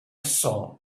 saw